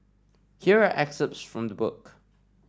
here are excerpts from the book